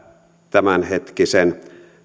tämänhetkisen